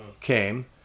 came